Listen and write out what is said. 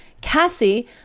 Cassie